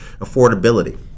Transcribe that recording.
affordability